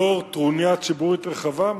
לאור טרוניה ציבורית רחבה,